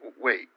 Wait